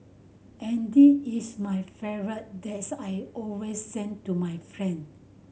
and this is my favourite that's I always send to my friend